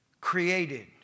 created